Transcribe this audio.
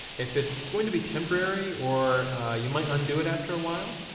if it's going to be temporary or you might undo it after a while,